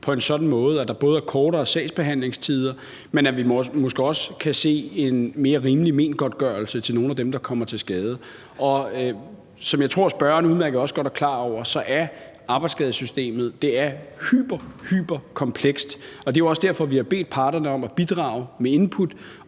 på en sådan måde, at der både er kortere sagsbehandlingstider, og så vi måske også kan se en mere rimelig mengodtgørelse til nogle af dem, der kommer til skade. Som jeg tror spørgeren udmærket også godt er klar over, er arbejdsskadesystemet hyperhyperkomplekst. Det er jo også derfor, at vi har bedt parterne om at bidrage med input